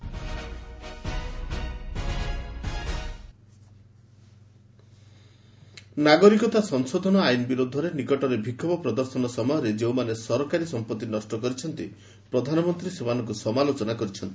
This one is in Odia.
ପିଏମ୍ ବାଜପେୟୀ ନାଗରିକତା ସଂଶୋଧନ ଆଇନ ବିରୋଧରେ ନିକଟରେ ବିକ୍ଷୋଭ ପ୍ରଦର୍ଶନ ସମୟରେ ଯେଉଁମାନେ ସରକାରୀ ସମ୍ପତ୍ତି ନଷ୍ଟ କରିଛନ୍ତି ପ୍ରଧାନମନ୍ତ୍ରୀ ସେମାନଙ୍କୁ ସମାଲୋଚନା କରିଛନ୍ତି